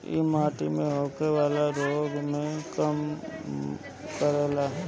इ माटी से होखेवाला रोग के भी कम करेला